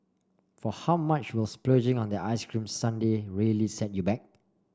for how much will splurging on that ice cream sundae really set you back